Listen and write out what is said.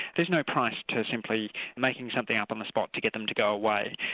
there's no price to simply making something up on the spot to get them to go away.